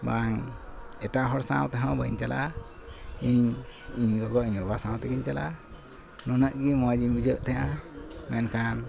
ᱵᱟᱝ ᱮᱴᱟᱜ ᱦᱚᱲ ᱥᱟᱶᱛᱮᱦᱚᱸ ᱵᱟᱹᱧ ᱪᱟᱞᱟᱜᱼᱟ ᱤᱧ ᱤᱧ ᱜᱚᱜᱚ ᱤᱧ ᱵᱟᱵᱟ ᱥᱟᱶᱛᱮᱜᱮᱧ ᱪᱟᱞᱟᱜᱼᱟ ᱱᱩᱱᱟᱹᱜ ᱜᱮ ᱢᱚᱡᱽᱤᱧ ᱵᱩᱡᱷᱟᱹᱣᱮᱫ ᱛᱮᱦᱮᱸᱡᱼᱟ ᱢᱮᱱᱠᱷᱟᱱ